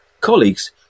colleagues